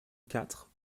quatre